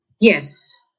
Yes